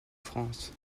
france